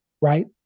right